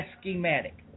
schematic